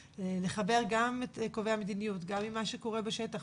לחבר גם את קובעי המדיניות גם עם מה שקורה בשטח,